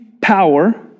power